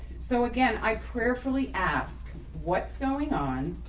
so again, i prayerfully ask what's going on?